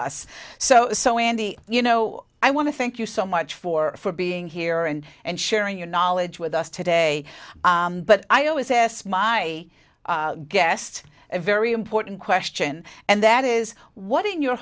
us so so in the you know i want to thank you so much for for being here and and sharing your knowledge with us today but i always say yes my guest a very important question and that is what in your